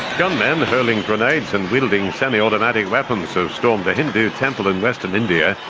gunmen hurling grenades and wielding semiautomatic weapons have stormed a hindu temple in western india,